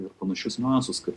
ir panašius niuansus kad